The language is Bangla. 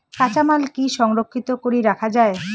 কাঁচামাল কি সংরক্ষিত করি রাখা যায়?